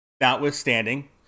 notwithstanding